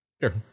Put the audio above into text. Sure